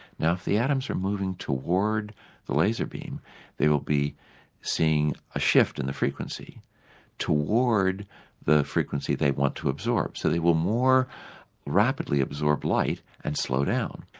if the atoms are moving toward the laser beam they will be seeing a shift in the frequency toward the frequency they want to absorb, so they will more rapidly absorb light and slow down.